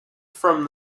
from